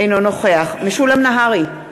אינו נוכח משולם נהרי,